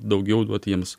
daugiau duot jiems